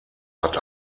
hat